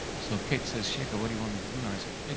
so cate says, shekhar, what do you want me to do? and i say, cate,